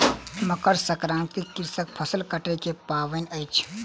मकर संक्रांति कृषकक फसिल कटै के पाबैन अछि